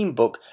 book